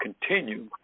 continue